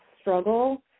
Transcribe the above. struggle